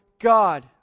God